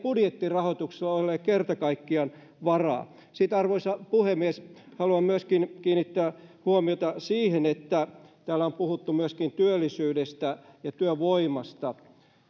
budjettirahoituksella ole kerta kaikkiaan varaa sitten arvoisa puhemies haluan myöskin kiinnittää huomiota siihen että täällä on puhuttu myöskin työllisyydestä ja työvoimasta